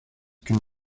qu’une